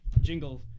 jingle